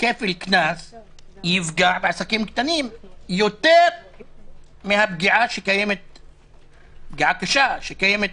כפל קנס יפגע בעסקים קטנים יותר מן הפגיעה הקשה שקיימת